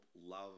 Love